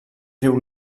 riu